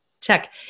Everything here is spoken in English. check